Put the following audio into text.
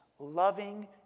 Loving